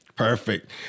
Perfect